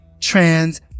trans